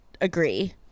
agree